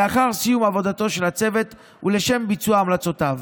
לאחר סיום עבודתו של הצוות ולשם ביצוע המלצותיו.